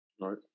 right